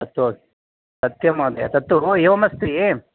तत्तु सत्यं महोदय तत्तु एवम् अस्ति